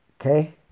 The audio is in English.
Okay